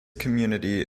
community